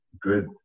good